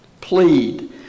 Plead